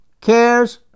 cares